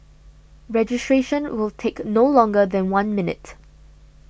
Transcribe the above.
registration will take no longer than one minute